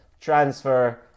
transfer